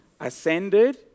ascended